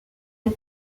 une